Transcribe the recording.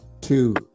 two